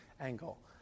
angle